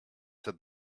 that